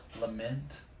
lament